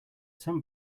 some